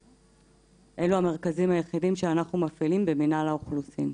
אלה המרכזים היחידים שאנחנו מפעילים במינהל האוכלוסין.